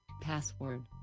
Password